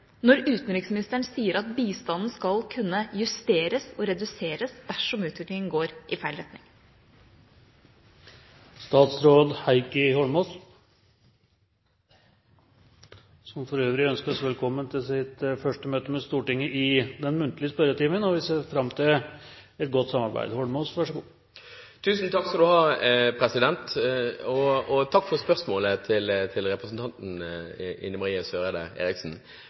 når utenriksministeren sier at bistanden skal kunne justeres og reduseres dersom utviklingen går i feil retning? Statsråd Heikki Holmås ønskes velkommen til sitt første møte med Stortingets muntlige spørretime, og vi ser fram til et godt samarbeid. Takk, president og takk for spørsmålet fra representanten Ine M. Eriksen Søreide. En av de tingene som virkelig opptok meg tidligere som stortingsrepresentant og